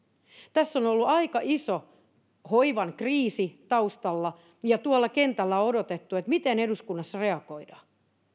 tässä on on ollut aika iso hoivan kriisi taustalla ja tuolla kentällä on odotettu miten eduskunnassa reagoidaan